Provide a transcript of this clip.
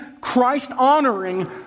Christ-honoring